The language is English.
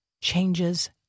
changes